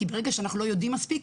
כי ברגע שאנחנו לא יודעים מספיק,